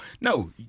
No